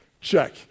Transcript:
check